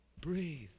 breathe